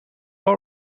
all